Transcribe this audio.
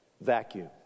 Vacuum